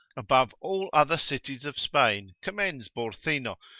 above all other cities of spain, commends borcino,